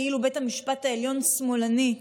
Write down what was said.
כאילו בית המשפט העליון שמאלני.